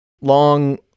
long